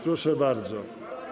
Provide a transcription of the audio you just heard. Proszę bardzo.